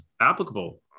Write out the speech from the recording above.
applicable